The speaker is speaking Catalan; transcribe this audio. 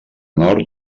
nord